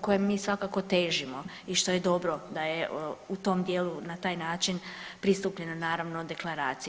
kojem mi svakako težimo i što je dobro da je u tom dijelu na taj način pristupljeno naravno deklaraciji.